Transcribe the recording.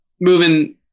moving